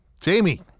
Jamie